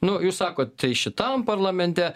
nu jūs sakot tai šitam parlamente